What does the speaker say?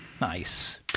Nice